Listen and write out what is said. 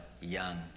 young